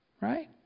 Right